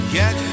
get